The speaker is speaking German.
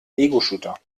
egoshooter